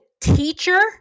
teacher